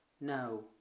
no